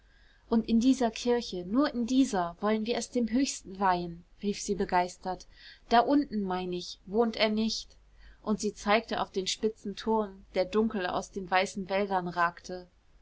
und in dieser kirche nur in dieser wollen wir es dem höchsten weihen rief sie begeistert da unten mein ich wohnt er nicht und sie zeigte auf den spitzen turm der dunkel aus den weißen wäldern ragte